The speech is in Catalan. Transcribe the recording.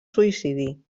suïcidi